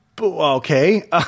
Okay